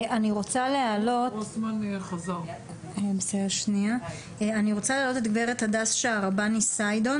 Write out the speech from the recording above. אני רוצה להעלות את גב' הדס שהרבני סיידון